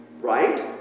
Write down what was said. right